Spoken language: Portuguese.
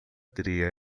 diria